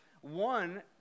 one